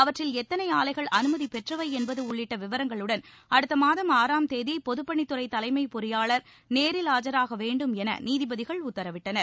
அவற்றில் எத்தனை ஆலைகள் அனுமதி பெற்றவை என்பது உள்ளிட்ட விவரங்களுடன் அடுத்த மாதம் ஆறாம் தேதி பொதுப்பணித்துறை தலைமைப் பொறியாளர் நேரில் ஆஜராக வேண்டும் என நீதிபதிகள் உத்தரவிட்டுள்ளனர்